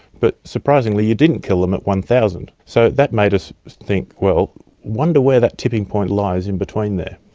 but surprisingly you didn't kill them at one thousand. so that made us think, well, i wonder where that tipping point lies in between there?